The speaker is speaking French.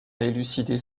élucider